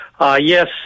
Yes